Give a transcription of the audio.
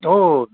हो